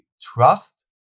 trust